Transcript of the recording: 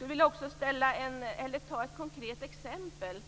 Låt mig ge ett konkret exempel.